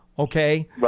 Okay